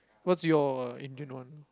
whats your engine one